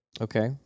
Okay